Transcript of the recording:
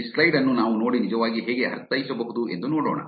ಈ ಸ್ಲೈಡ್ ಅನ್ನು ನಾವು ನೋಡಿ ನಿಜವಾಗಿ ಹೇಗೆ ಅರ್ಥೈಸಬಹುದು ಎಂದು ನೋಡೋಣ